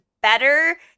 better